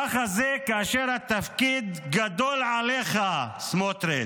ככה זה כאשר התפקיד גדול עליך, סמוטריץ'.